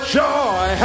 joy